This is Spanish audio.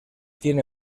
tiene